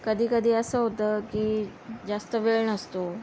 कधी कधी असं होतं की जास्त वेळ नसतो